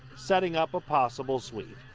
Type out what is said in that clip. setting up a possible sweep.